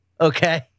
Okay